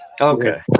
Okay